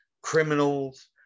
criminals